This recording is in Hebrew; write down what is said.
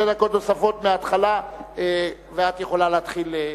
נוספות מההתחלה, ואת יכולה להתחיל.